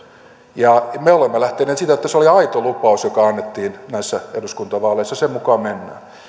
ja me olemme lähteneet siitä että se oli aito lupaus joka annettiin näissä eduskuntavaaleissa sen mukaan mennään